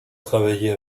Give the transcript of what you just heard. travailler